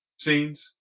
scenes